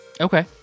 Okay